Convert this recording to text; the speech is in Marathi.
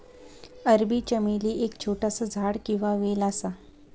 अरबी चमेली एक छोटासा झाड किंवा वेल असा